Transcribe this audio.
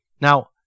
Now